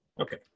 Okay